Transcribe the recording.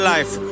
Life